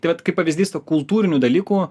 tai vat kaip pavyzdys tų kultūrinių dalykų